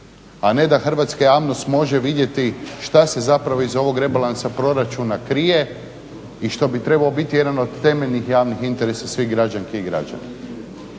a ne da hrvatska javnost može vidjeti što se zapravo iz ovog rebalansa proračuna krije i što bi trebao biti jedan od temeljnih javnih interesa svih građanski i građana.